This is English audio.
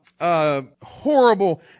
Horrible